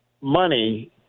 money